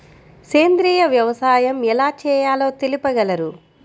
సేంద్రీయ వ్యవసాయం ఎలా చేయాలో తెలుపగలరు?